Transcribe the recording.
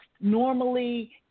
Normally